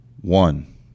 One